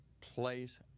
place